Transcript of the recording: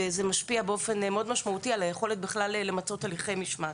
וזה משפיע באופן מאוד משמעותי על היכולת למצות את הליכי המשמעת.